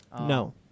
No